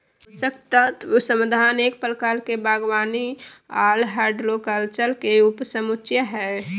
पोषक तत्व समाधान एक प्रकार के बागवानी आर हाइड्रोकल्चर के उपसमुच्या हई,